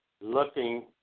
looking